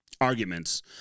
arguments